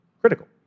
Critical